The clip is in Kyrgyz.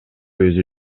өзү